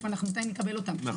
מתי נקבל אותם?